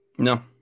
No